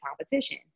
competition